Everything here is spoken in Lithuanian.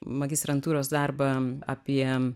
magistrantūros darbą apie